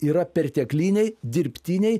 yra pertekliniai dirbtiniai